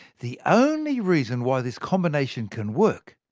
the only reason why this combination can work,